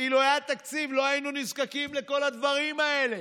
אילו היה תקציב לא היינו נזקקים לכל הדברים האלה,